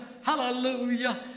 hallelujah